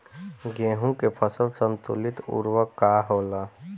गेहूं के फसल संतुलित उर्वरक का होला?